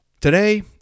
Today